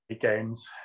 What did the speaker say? games